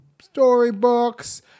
storybooks